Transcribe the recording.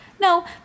no